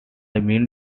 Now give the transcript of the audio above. mean